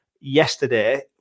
yesterday